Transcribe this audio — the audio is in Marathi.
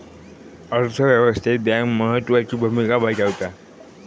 अर्थ व्यवस्थेत बँक महत्त्वाची भूमिका बजावता